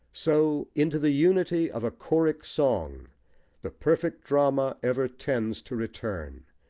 so, into the unity of a choric song the perfect drama ever tends to return,